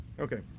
Okay